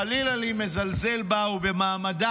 חלילה לי מלזלזל בה ובמעמדה,